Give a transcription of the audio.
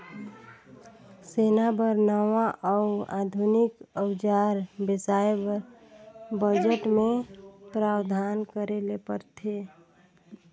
सेना बर नावां अउ आधुनिक अउजार बेसाए बर बजट मे प्रावधान करे ले परथे